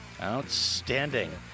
Outstanding